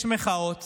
יש מחאות